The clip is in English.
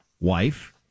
wife